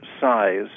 size